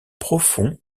profond